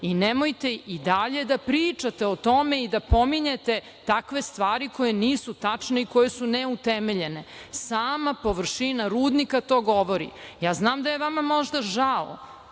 i nemojte i dalje da pričate o tome i da pominjete takve stvari koje nisu tačne i koje su neutemeljene, sama površina rudnika to govori. Ja znam da je vama možda žao